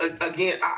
again